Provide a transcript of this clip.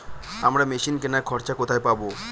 আমরা মেশিন কেনার খরচা কোথায় পাবো?